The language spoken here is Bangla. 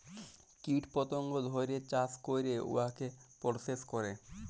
কীট পতঙ্গ ধ্যইরে চাষ ক্যইরে উয়াকে পরসেস ক্যরে